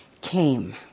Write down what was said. came